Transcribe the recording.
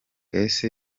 ese